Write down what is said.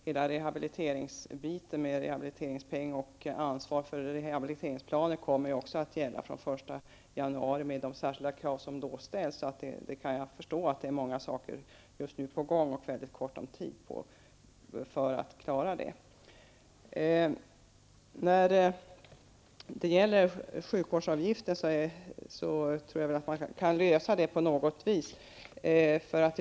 Hela rehabiliteringsbiten, med rehabiliteringspeng och ansvaret för rehabiliteringsplaner, kommer att gälla fr.o.m. den 1 januari 1992 med de särskilda krav som därmed ställs. Jag kan alltså förstå att det är många saker som just nu är på gång och att man har väldigt kort tid på sig för att klara allt. Sedan tror jag att det på något sätt går att lösa frågan om sjukvårdsavgiften.